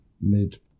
Mid